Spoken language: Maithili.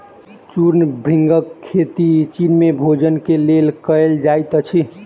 चूर्ण भृंगक खेती चीन में भोजन के लेल कयल जाइत अछि